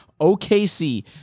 OKC